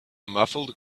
muffled